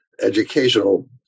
educational